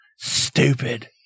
Stupid